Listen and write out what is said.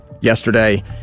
Yesterday